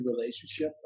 relationship